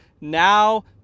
Now